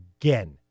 again